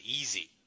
easy